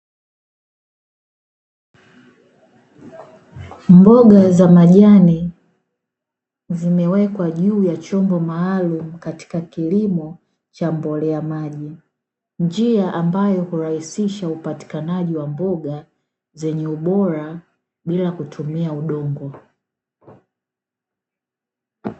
Mboga za majani zimewekwa juu ya chombo maalumu katika kilimo cha mbolea maji, njia ambayo hurahisisha upatikanaji wa mboga zenye ubora bila kutumia udongo.